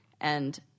and-